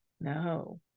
no